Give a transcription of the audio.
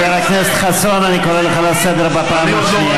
חבר הכנסת חסון, אני קורא אותך לסדר פעם שנייה.